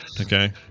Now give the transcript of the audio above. Okay